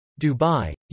Dubai